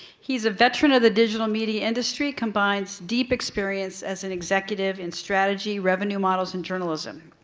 he's a veteran of the digital media industry combines deep experience as an executive in strategy, revenue models and journalism.